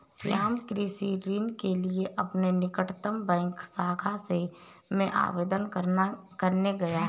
श्याम कृषि ऋण के लिए अपने निकटतम बैंक शाखा में आवेदन करने गया है